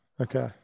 Okay